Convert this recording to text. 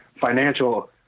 financial